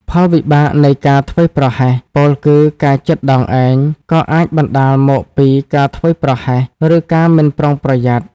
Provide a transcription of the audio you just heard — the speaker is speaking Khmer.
ផលវិបាកនៃការធ្វេសប្រហែស ពោលគឺការចិតដងឯង ក៏អាចបណ្ដាលមកពី ការធ្វេសប្រហែស ឬ ការមិនប្រុងប្រយ័ត្ន។